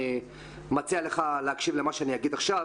אני מציע לך להקשיב למה שאני אגיד עכשיו